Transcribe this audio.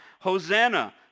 Hosanna